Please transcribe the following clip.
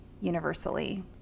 universally